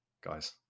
guys